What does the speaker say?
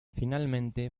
finalmente